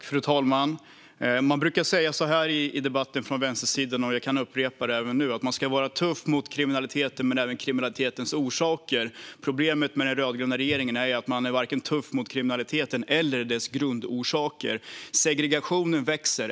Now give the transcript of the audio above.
Fru talman! Man brukar säga så här i debatten från vänstersidan: Man ska vara tuff mot kriminaliteten men även mot kriminalitetens orsaker. Problemet med den rödgröna regeringen är att man inte är tuff mot vare sig kriminaliteten eller dess grundorsaker. Segregationen växer.